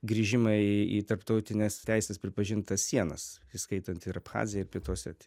grįžimą į į tarptautines teisės pripažintas sienas įskaitant ir abchaziją ir pietų osetiją